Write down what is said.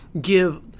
give